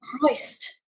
Christ